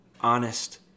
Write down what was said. honest